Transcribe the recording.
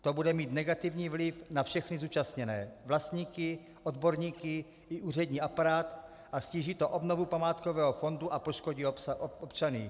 To bude mít negativní vliv na všechny zúčastněné vlastníky, odborníky i úřední aparát a ztíží to obnovu památkového fondu a poškodí občany.